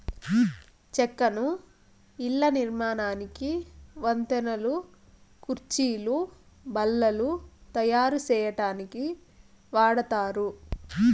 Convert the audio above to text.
చెక్కను ఇళ్ళ నిర్మాణానికి, వంతెనలు, కుర్చీలు, బల్లలు తాయారు సేయటానికి వాడతారు